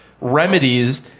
remedies